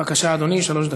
בבקשה, אדוני, שלוש דקות.